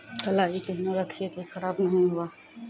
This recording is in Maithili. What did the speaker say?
कलाई केहनो रखिए की खराब नहीं हुआ?